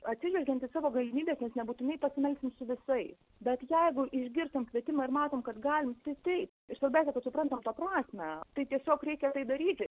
atsižvelgiant į savo galimybes nes nebūtinai pasimelsim su visais bet jeigu išgirstam kvietimą ir matom kad galim tai taip ir svarbiausia kad suprantam to prasmę tai tiesiog reikia tai daryti